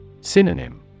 Synonym